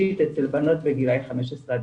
שלישית אצל בנות בגילאי 15-